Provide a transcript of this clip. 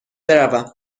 بروم